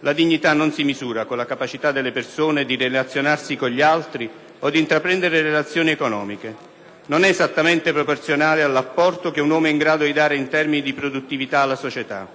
la dignità non si misura con la capacità delle persone di relazionarsi con gli altri o di intraprendere relazioni economiche. Non è esattamente proporzionale all'apporto che un uomo è in grado di dare in termini di produttività alla società.